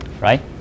right